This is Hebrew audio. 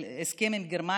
על ההסכם עם גרמניה,